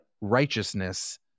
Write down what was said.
righteousness